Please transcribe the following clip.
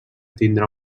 tindrà